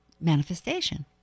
manifestation